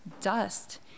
dust